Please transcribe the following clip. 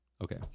Okay